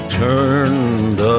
turned